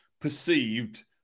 perceived –